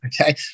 okay